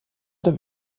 oder